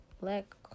Black